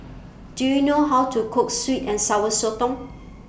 Do YOU know How to Cook Sweet and Sour Sotong